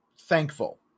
thankful